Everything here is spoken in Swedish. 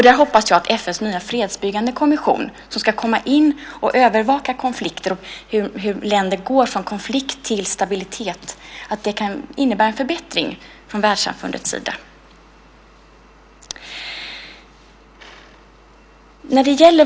Där hoppas jag att FN:s nya fredsbyggande kommission, som ska komma in och övervaka konflikter och hur länder går från konflikt till stabilitet, kan innebära en förbättring från världssamfundets sida.